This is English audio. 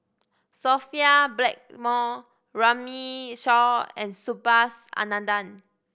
Sophia Blackmore Runme Shaw and Subhas Anandan